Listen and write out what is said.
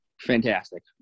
fantastic